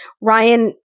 Ryan